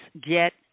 get